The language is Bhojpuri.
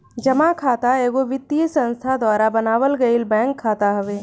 जमा खाता एगो वित्तीय संस्था द्वारा बनावल गईल बैंक खाता हवे